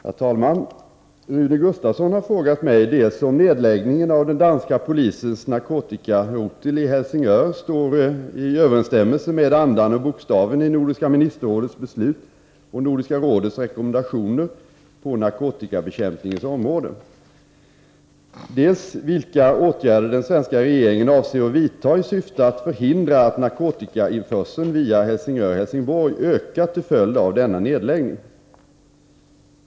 Herr talman! Rune Gustavsson har frågat mig dels om nedläggningen av den danska polisens narkotikarotel i Helsingör står i överensstämmelse med andan och bokstaven i Nordiska ministerrådets beslut och Nordiska rådets rekommendationer på narkotikabekämpningens område, dels vilka åtgärder den svenska regeringen avser att vidta i syfte att förhindra att narkotikainförseln via Helsingör-Helsingborg ökar till följd av denna nedläggning.